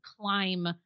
climb